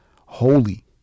holy